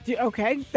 Okay